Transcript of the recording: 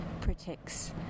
protects